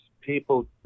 People